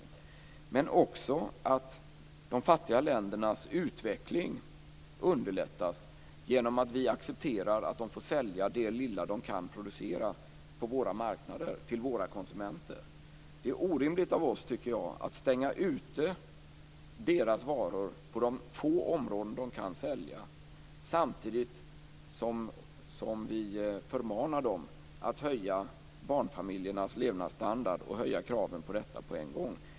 Men det handlar också om att de fattiga ländernas utveckling underlättas genom att vi accepterar att de får sälja det lilla som de kan producera på våra marknader till våra konsumenter. Det är orimligt av oss, tycker jag, att stänga ute deras varor på de få områden där de kan sälja, samtidigt som vi förmanar dem att höja barnfamiljernas levnadsstandard och höja kraven på detta på en gång.